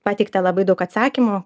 pateikta labai daug atsakymų